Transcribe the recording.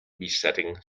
besetting